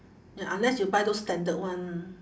unless you buy those standard one